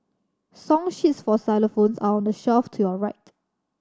song sheets for xylophones are on the shelf to your right